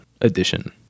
edition